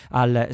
al